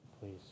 please